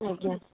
ଆଜ୍ଞା